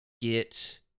get